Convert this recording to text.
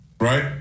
right